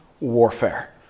warfare